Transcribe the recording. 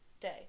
day